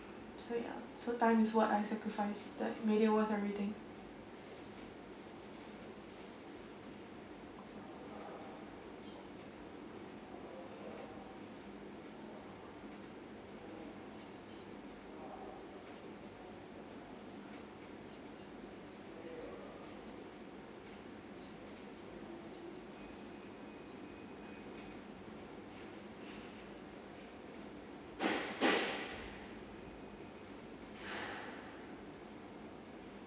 so ya so time is what I sacrificed that made it worth everything